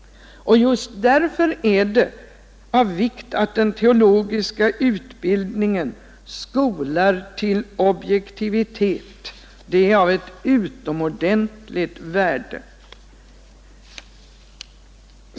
Just därför är det av vikt att den teologiska utbildningen skolar till objektivitet — det är av ett utomordentligt värde.